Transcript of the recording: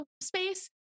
space